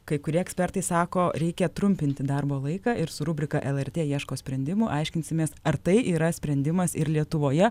kai kurie ekspertai sako reikia trumpinti darbo laiką ir su rubrika lrt ieško sprendimų aiškinsimės ar tai yra sprendimas ir lietuvoje